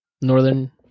Northern